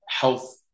health